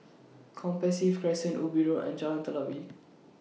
Compassvale Crescent Ubi Road and Jalan Telawi